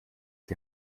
die